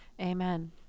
Amen